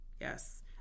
yes